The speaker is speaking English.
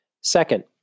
Second